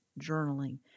journaling